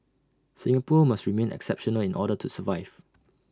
Singapore must remain exceptional in order to survive